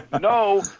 no